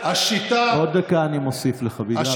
עברתי יושבי-ראש